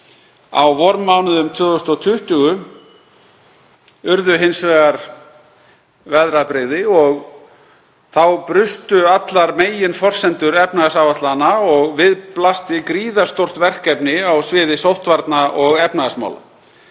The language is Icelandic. Á vormánuðum 2020 urðu hins vegar veðrabrigði og þá brustu allar meginforsendur efnahagsáætlana og við blasti gríðarstórt verkefni á sviði sóttvarna og efnahagsmála.